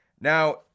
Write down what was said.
Now-